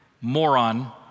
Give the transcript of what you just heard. moron